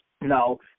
now